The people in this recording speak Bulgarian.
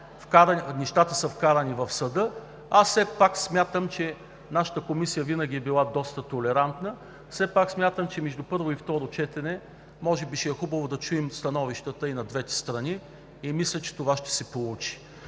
неща и те са вкарани в съда, нашата комисия винаги е била доста толерантна и смятам, че между първо и второ четене може би ще е хубаво да чуем становищата и на двете страни. Мисля, че това ще се получи.